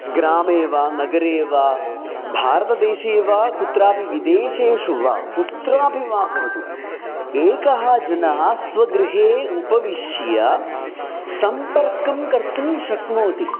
ग्रामे वा नगरे वा भारतदेशे वा कुत्रापि विदेशेषु वा कुत्रापि वा भवतु एकः जनः स्वगृहे उपविश्य सम्पर्कं कर्तुं शक्नोति